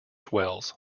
wells